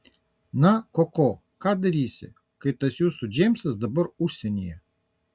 na koko ką darysi kai tas jūsų džeimsas dabar užsienyje